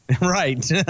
Right